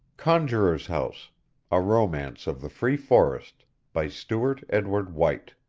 conjuror's house a romance of the free forest by stewart edward white